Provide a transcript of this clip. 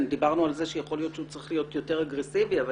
דיברנו על כך שיכול להיות שהוא צריך להיות יותר אגרסיבי אבל